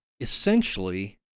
essentially